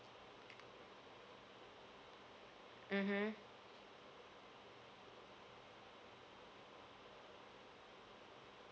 mmhmm